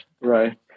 Right